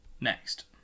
next